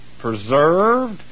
preserved